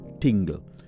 tingle